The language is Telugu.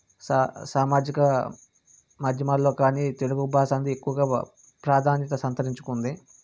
సామాజిక మాధ్యమాల్లో కానీ తెలుగు భాష అనేది ఎక్కువగా ప్రాధాన్యత సంతరించుకుంది